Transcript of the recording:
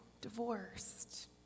divorced